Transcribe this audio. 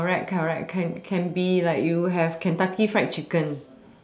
correct correct can can be like you have Kentucky fried chicken